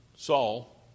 Saul